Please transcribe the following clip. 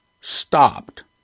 stopped